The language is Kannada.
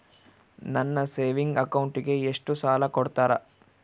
ನನ್ನ ಸೇವಿಂಗ್ ಅಕೌಂಟಿಗೆ ಎಷ್ಟು ಸಾಲ ಕೊಡ್ತಾರ?